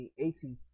2018